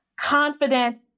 confident